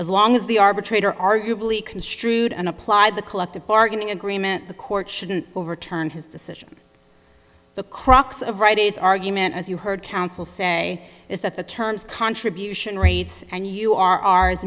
as long as the arbitrator arguably construed and applied the collective bargaining agreement the court shouldn't overturn his decision the crux of right is argument as you heard counsel say is that the terms contribution rates and you are